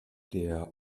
der